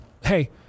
hey